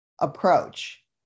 approach